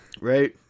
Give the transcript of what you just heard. Right